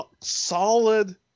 solid